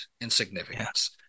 insignificance